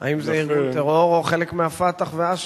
האם זה ארגון טרור או חלק מה"פתח" ואש"ף?